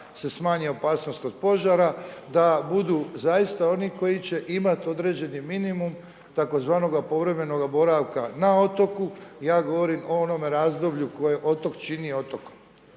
da se smanji opasnost od požara, da budu zaista oni koji će imati određeni minimum tzv. povremenoga boravka na otoku, ja govorim o onome razdoblju koje otok čini otok.